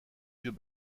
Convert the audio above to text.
vieux